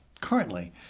currently